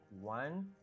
one